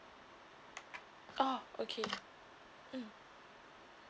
oh okay mm